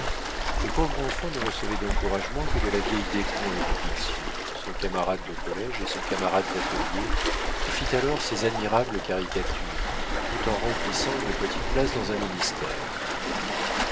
le pauvre enfant ne recevait d'encouragements que de la vieille descoings et de bixiou son camarade de collége et son camarade d'atelier qui fit alors ses admirables caricatures tout en remplissant une petite place dans un ministère